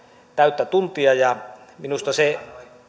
täyttä tuntia minusta